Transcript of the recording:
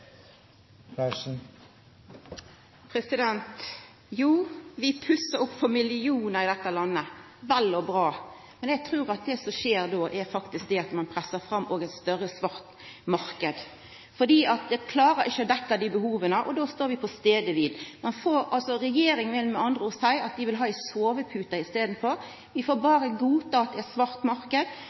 Jo, vi pussar opp for millionar i dette landet – vel og bra. Men eg trur at det som skjer då, er at ein pressar fram ein større svart marknad fordi ein ikkje klarar å dekkja behova. Då står vi på staden kvil. Regjeringa vil med andre ord ha ei sovepute i staden, vi får berre godta ein svart